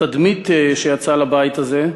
לתדמית שיצאה לבית הזה,